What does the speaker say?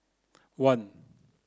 one